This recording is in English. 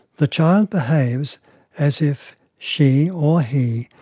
the child behaves as if she, or he,